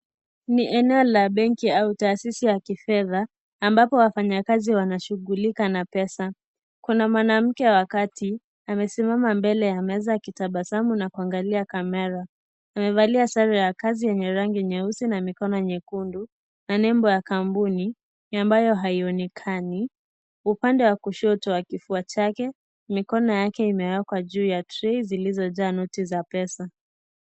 Ni eneo ya benki au taasisi ya kifedha ambapo wafanyakazi wanashughulika na pesa. Kuna mwanamke wa kati amesimama mbele ya meza akitabasamu na kuangalia kamera . Amevalia sare ya kazi yenye rangi nyeusi na mikono nyekundu na nembo ya kampuni ambayo haionekani upande wa kushoto wa kifua chake mikono yake imewekwa juu ya tray zilizojaa noti za pesa.